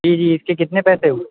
جی جی اس کے کتنے پیسے ہوئے